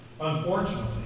Unfortunately